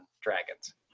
dragons